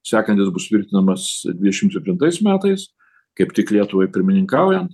sekantis bus tvirtinamas dvidešimt septintais metais kaip tik lietuvai pirmininkaujant